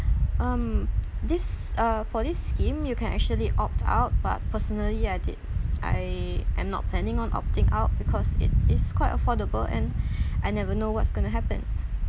um this uh for this scheme you can actually opt out but personally I did I am not planning on opting out because it is quite affordable and I never know what's going to happen